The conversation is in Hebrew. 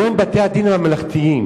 היום, בתי-הדין הממלכתיים,